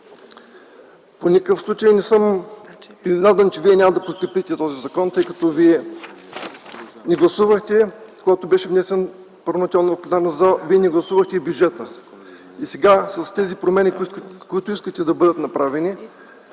По никакъв начин не съм изненадан, че вие няма да подкрепите този закон, тъй като не гласувахте, когато беше внесен първоначално в пленарната зала, не гласувахте и бюджета. Сега с тези промени, които искате да бъдат направени,